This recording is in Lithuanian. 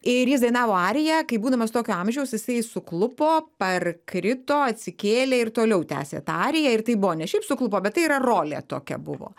ir jis dainavo ariją kai būdamas tokio amžiaus jisai suklupo parkrito atsikėlė ir toliau tęsė tą ariją ir tai buvo ne šiaip suklupo bet tai yra rolė tokia buvo